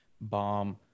bomb